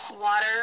water